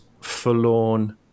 forlorn